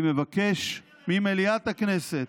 אני מבקש ממליאת הכנסת,